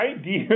idea